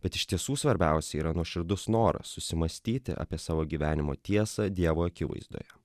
bet iš tiesų svarbiausia yra nuoširdus noras susimąstyti apie savo gyvenimo tiesą dievo akivaizdoje